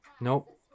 Nope